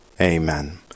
Amen